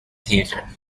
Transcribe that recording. theater